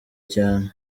cyane